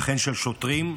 וכן השוטרים,